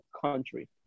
country